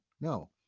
no